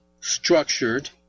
structured